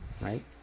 right